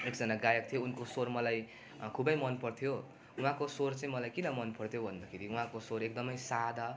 एकजना गायक थियो उनको स्वर मलाई खुबै मन पर्थ्यो उहाँको स्वर चाहिँ किन मलाई मन पर्थ्यो भन्दाखेरि उहाँको स्वर एकदमै सादा